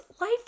life